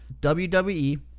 WWE